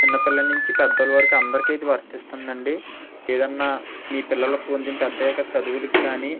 చిన్నపిల్లల నుంచి పెద్ద వాళ్ళ వరకు అందరికీ ఇది వర్తిస్తుందండి ఏదైనా మీ పిల్లలకి కొంచెం పెద్దయ్యాక చదువులకి కానీ